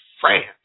France